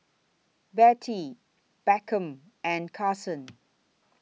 Bettye Beckham and Karson